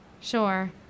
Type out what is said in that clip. Sure